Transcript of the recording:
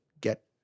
get